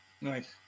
Nice